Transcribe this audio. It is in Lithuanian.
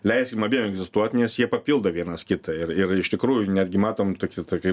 leiskim abiem egzistuot nes jie papildo vienas kitą ir ir iš tikrųjų netgi matom tokį tokį